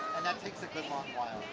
and that takes a good long while.